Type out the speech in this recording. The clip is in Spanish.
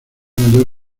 mayor